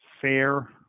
fair